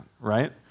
right